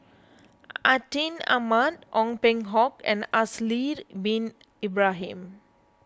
Atin Amat Ong Peng Hock and Haslir Bin Ibrahim